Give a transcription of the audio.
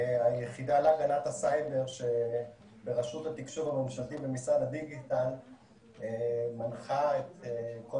היחידה להגנת הסייבר שברשות התקשוב הממשלתי במשרד הדיגיטל מנחה את כל